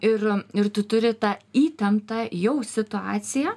ir ir tu turi tą įtemptą jau situaciją